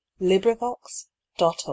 LibriVox.org